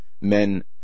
men